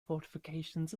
fortifications